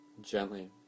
Gently